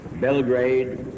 Belgrade